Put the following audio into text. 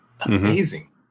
amazing